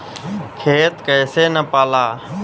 खेत कैसे नपाला?